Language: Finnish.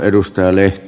arvoisa puhemies